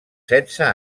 setze